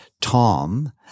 Tom